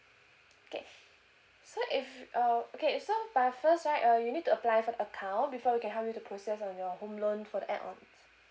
okay so if uh okay so but first right uh you need to apply for the account before we can help you to process on your home loan for the add ons